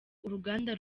uruganda